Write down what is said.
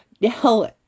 Now